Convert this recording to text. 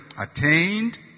attained